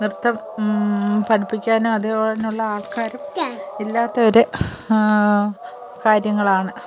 നൃത്തം പഠിപ്പിക്കാനും അതിനുള്ള ആൾക്കാരും ഇല്ലാത്ത ഒരു കാര്യങ്ങളാണ്